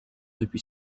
depuis